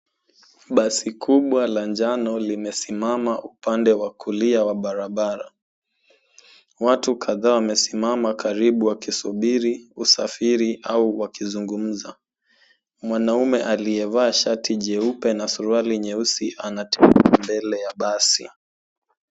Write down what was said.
Basi kubwa la njano limesimama upande wa kulia wa barabara. Watu kadhaa wamesimama karibu wakisubiri usafiri au wakizungumza. Mwanaume aliyevaa shati jeupe na suruali nyeusi anatembelea basi.